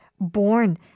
born